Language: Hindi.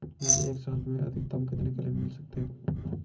मुझे एक साल में अधिकतम कितने क्लेम मिल सकते हैं?